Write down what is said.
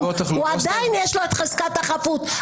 עדיין יש לו את חזקת החפות,